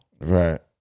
right